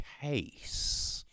case